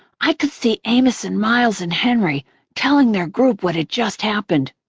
i could see amos and miles and henry telling their group what had just happened.